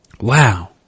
Wow